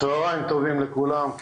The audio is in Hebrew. צהריים טובים לכולם.